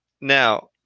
now